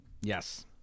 Yes